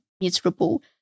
miserable